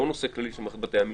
לא נושא כללי של מערכת בתי המשפט.